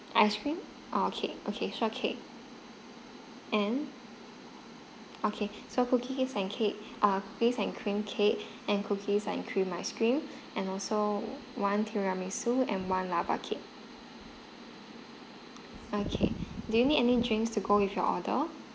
ice cream or cake okay sure cake and okay so cookies and cakes uh cookies and cream cake and cookies and cream ice cream and also one tiramisu and one lava cake okay do you need any drinks to go with your order